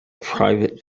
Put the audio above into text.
private